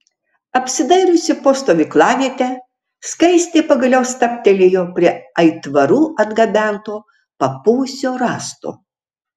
apsidairiusi po stovyklavietę skaistė pagaliau stabtelėjo prie aitvarų atgabento papuvusio rąsto